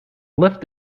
lift